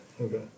Okay